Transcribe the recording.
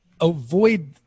avoid